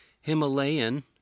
Himalayan